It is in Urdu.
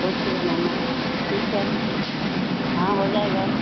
کون سی بنانا ہے ٹھیک ہے ہاں ہو جائے گا